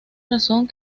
razón